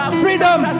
freedom